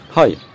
Hi